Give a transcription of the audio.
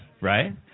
right